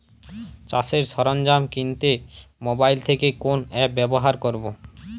চাষের সরঞ্জাম কিনতে মোবাইল থেকে কোন অ্যাপ ব্যাবহার করব?